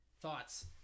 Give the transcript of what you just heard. Thoughts